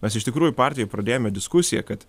mes iš tikrųjų partijoj pradėjome diskusiją kad